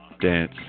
dance